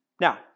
Now